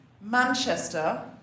Manchester